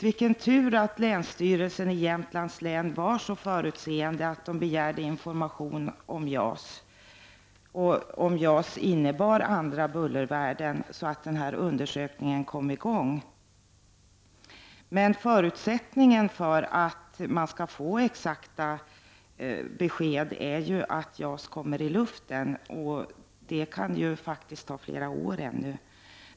Vilken tur att länsstyrelsen i Jämtlands län var så förutseende att man begärde information om JAS — och frågade om JAS innebär andra bullervärden — så att den här utredningen kom i gång! Men förutsättningen för att man skall få exakta besked är ju att JAS kommer i luften, och det kan ta flera år ännu.